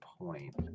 point